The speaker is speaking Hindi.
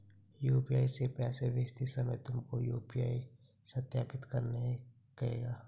यू.पी.आई से पैसे भेजते समय तुमको यू.पी.आई सत्यापित करने कहेगा